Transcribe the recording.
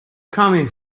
coming